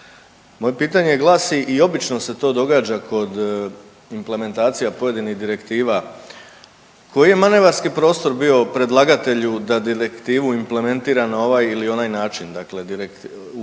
Moje pitanje glasi i obično se to događa kod implementacija pojedinih direktiva, koji je manevarski prostor bio predlagatelju da direktivu implementira na ovaj ili onaj način. Dakle, u